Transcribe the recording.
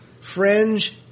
Fringe